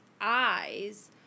eyes